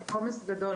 עומס גדול.